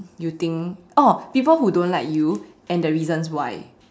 you think orh people who don't like you and the reasons why